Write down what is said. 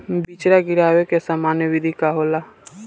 बिचड़ा गिरावे के सामान्य विधि का होला?